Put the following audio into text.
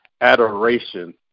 adoration